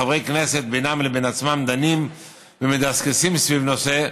חברי כנסת בינם לבין עצמם דנים ומדסקסים נושא,